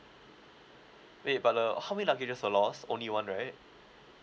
wait but uh how many luggages were lost only one right